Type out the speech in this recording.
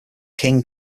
king